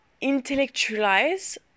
intellectualize